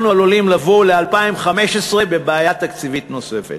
אנחנו עלולים לבוא ב-2015 לבעיה תקציבית נוספת.